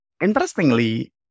Interestingly